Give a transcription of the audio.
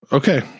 Okay